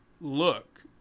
look